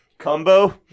combo